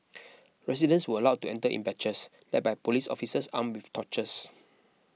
residents were allowed to enter in batches led by police officers armed with torches